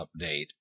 update